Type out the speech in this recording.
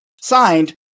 Signed